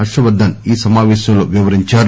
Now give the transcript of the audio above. హర్షవర్ధన్ ఈ సమాపేశంలో వివరించారు